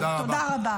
תודה, תודה רבה.